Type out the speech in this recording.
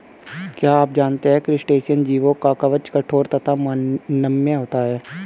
क्या आप जानते है क्रस्टेशियन जीवों का कवच कठोर तथा नम्य होता है?